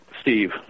Steve